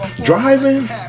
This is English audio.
Driving